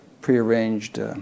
prearranged